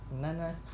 Nanas